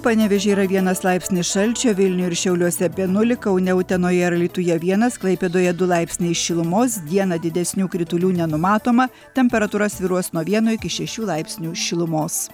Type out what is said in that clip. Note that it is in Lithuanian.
panevėžy yra vienas laipsnis šalčio vilniuj ir šiauliuose apie nulį kaune utenoje alytuje vienas klaipėdoje du laipsniai šilumos dieną didesnių kritulių nenumatoma temperatūra svyruos nuo vieno iki šešių laipsnių šilumos